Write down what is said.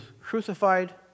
crucified